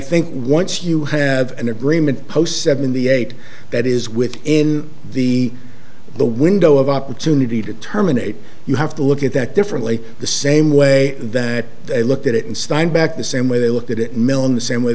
think once you have an agreement post seventy eight that is within the the window of opportunity to terminate you have to look at that differently the same way that they looked at it in steinbeck the same way they looked at it milne the same way